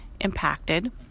impacted